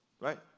right